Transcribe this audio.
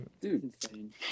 Dude